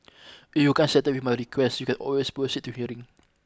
if you can't settle my request you can always proceed to hearing